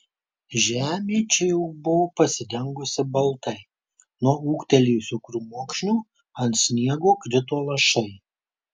žemė čia buvo jau pasidengusi baltai nuo ūgtelėjusių krūmokšnių ant sniego krito lašai